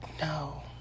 No